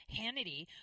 Hannity